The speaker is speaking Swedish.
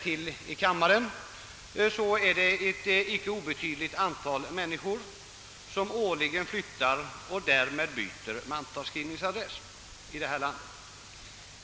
Som vi vet är det ett icke obetydligt antal människor som årligen flyttar och därmed byter mantalsskrivningsadress.